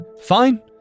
fine